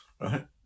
Right